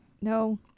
No